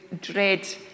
dread